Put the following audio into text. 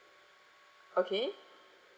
okay